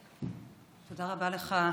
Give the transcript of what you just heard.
תודה רבה לך,